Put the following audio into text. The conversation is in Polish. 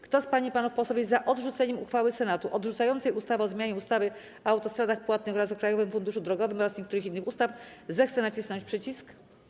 Kto z pań i panów posłów jest za odrzuceniem uchwały Senatu odrzucającej ustawę o zmianie ustawy o autostradach płatnych oraz o Krajowym Funduszu Drogowym oraz niektórych innych ustaw, zechce nacisnąć przycisk.